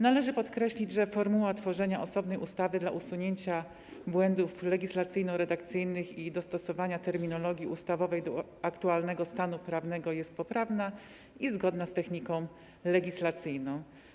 Należy podkreślić, że formuła tworzenia osobnej ustawy w celu usunięcia błędów legislacyjno-redakcyjnych i dostosowania terminologii ustawowej do aktualnego stanu prawnego jest poprawna i zgodna z techniką legislacyjną.